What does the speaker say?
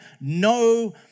No